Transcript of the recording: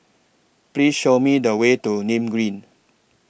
Please Show Me The Way to Nim Green